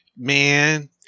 man